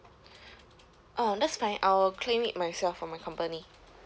oh that's fine I will claim it myself from my company